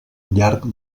llarg